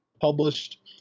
published